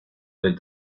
del